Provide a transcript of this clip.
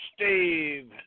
Steve